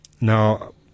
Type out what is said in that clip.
Now